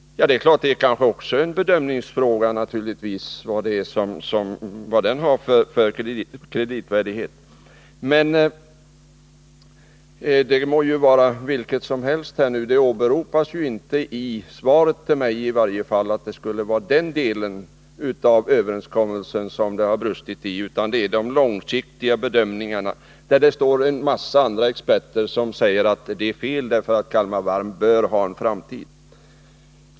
Ja, det är klart att vad som är Kihlinvests kreditvärdighet också är en bedömningsfråga, men det må vara hur som helst därmed. Det åberopades i varje fall inte i svaret till mig att det skulle vara i den delen av överenskommelsen som det har brustit, utan det gäller de långsiktiga bedömningarna, där en massa experter säger att det är fel, därför att Kalmar Varv bör ha en framtid.